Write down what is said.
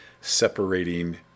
separating